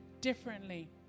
differently